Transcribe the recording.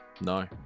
No